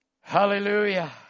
Hallelujah